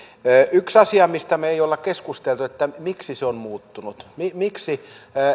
yksi asia mistä me emme ole keskustelleet miksi se on muuttunut miksi